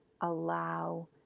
allow